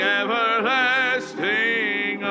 everlasting